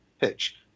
pitch